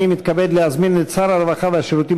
אני מתכבד להזמין את שר הרווחה והשירותים